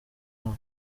hano